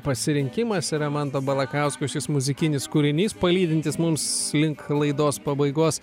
pasirinkimas yra manto balakausko šis muzikinis kūrinys palydintis mums link laidos pabaigos